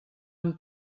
amb